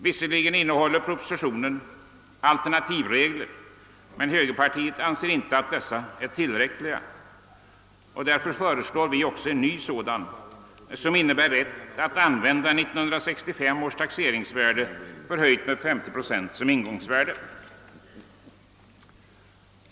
Visserligen innehåller propositionen alternativregler, men högerpartiet anser inte att dessa är tillräckliga. Därför föreslår vi en ny regel som innebär rätt att använda 1965 års taxeringsvärde, förhöjt med 50 procent, som ingångsvärde.